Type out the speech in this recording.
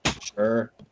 Sure